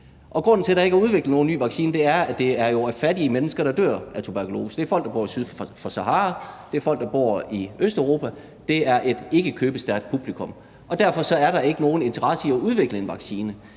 grunden til, at der ikke er udviklet nogen ny vaccine, er, at det jo er fattige mennesker, der dør af tuberkulose. Det er folk, der bor syd for Sahara, det er folk, der bor i Østeuropa, det er et ikkekøbestærkt publikum, og derfor er der ikke nogen interesse i at udvikle en vaccine.